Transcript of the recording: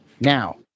Now